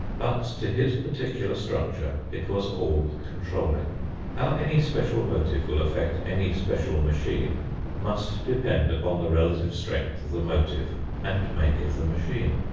but to his particular structure it was all-controlling. how any special motive will affect any special machine must depend upon the relative strength of the motive and make of the machine.